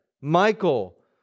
Michael